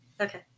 Okay